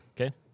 Okay